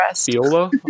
Viola